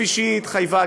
כפי שגם היא התחייבה,